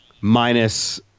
Minus